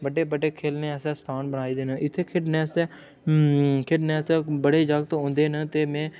बड्डे बड्डे खेलने आस्तै स्थान बनाए दे न इत्थै खेढने आस्तै खेढने आस्तै बड़े जागत औंदे न ते में